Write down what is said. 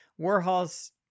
Warhol's